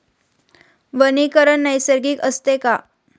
वनीकरण नैसर्गिक असते का?